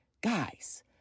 guys